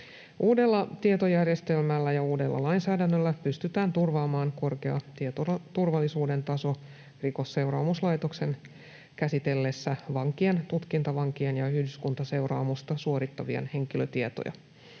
Uudella tietojärjestelmällä ja uudella lainsäädännöllä pystytään turvaamaan korkea tietoturvallisuuden taso Rikosseuraamuslaitoksen käsitellessä vankien, tutkintavankien ja yhdyskuntaseuraamusta suorittavien henkilötietoja.